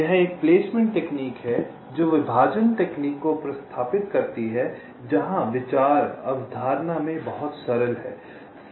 यह एक प्लेसमेंट तकनीक है जो विभाजन तकनीक को प्रतिस्थापित करती है जहां विचार अवधारणा में बहुत सरल है